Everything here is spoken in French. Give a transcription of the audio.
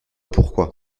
pourquoi